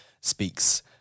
speaks